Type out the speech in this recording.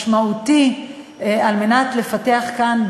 משמעותי יש כדי לפתח כאן,